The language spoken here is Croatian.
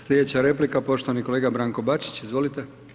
Sljedeća replika poštovani kolega Branko Bačić, izvolite.